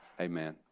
Amen